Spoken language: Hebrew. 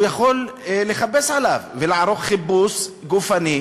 הוא יכול לחפש עליו ולערוך חיפוש גופני.